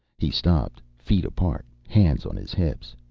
he stopped, feet apart, hands on his hips.